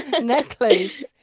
necklace